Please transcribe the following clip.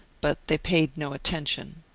but they paid no attention.